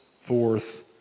forth